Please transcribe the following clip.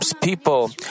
people